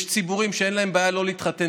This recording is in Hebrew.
שיש ציבורים שאין להם בעיה לא להתחתן,